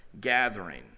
gathering